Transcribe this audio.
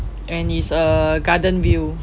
and it's a garden view